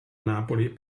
napoli